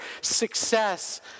success